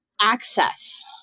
access